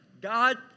God